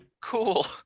cool